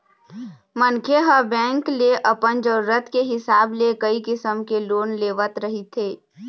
मनखे ह बेंक ले अपन जरूरत के हिसाब ले कइ किसम के लोन लेवत रहिथे